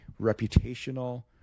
reputational